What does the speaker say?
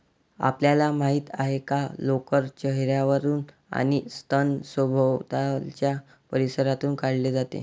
आपल्याला माहित आहे का लोकर चेहर्यावरून आणि स्तन सभोवतालच्या परिसरातून काढले जाते